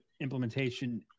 implementation